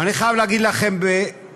ואני חייב להגיד לכם בהוגנות,